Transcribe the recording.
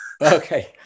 Okay